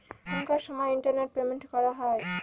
এখনকার সময় internet payment করা হয়